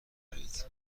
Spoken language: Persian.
بروید